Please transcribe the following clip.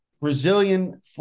Brazilian